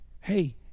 Hey